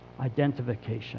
Identification